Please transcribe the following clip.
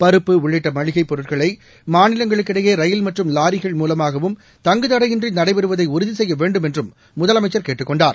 பருப்பு உள்ளிட்டமளிகைப் பொருட்களைமாநிலங்களுக்கிடையேரயில் மற்றும் லாரிகள் மூலமாகவும் தங்குத்தடையின்றிநடைபெறுவதைஉறுதிசெய்யவேண்டும் என்றும் முதலமைச்சர் கேட்டுக் கொண்டார்